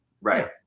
Right